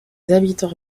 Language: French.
habitants